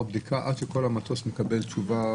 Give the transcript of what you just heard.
בדיקה עד שכל הנוסעים במטוס מקבלים תשובה.